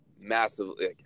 massively